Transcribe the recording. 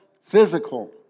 physical